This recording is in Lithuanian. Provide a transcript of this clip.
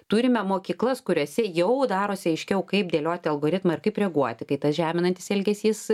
turime mokyklas kuriose jau darosi aiškiau kaip dėlioti algoritmą ir kaip reaguoti kai tas žeminantis elgesys